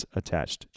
attached